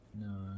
No